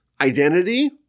identity